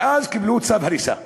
ואז קיבלו צו הריסה,